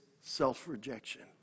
self-rejection